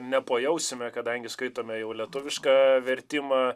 nepajausime kadangi skaitome jau lietuvišką vertimą